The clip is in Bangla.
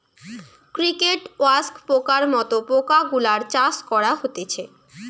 ক্রিকেট, ওয়াক্স পোকার মত পোকা গুলার চাষ করা হতিছে